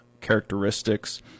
characteristics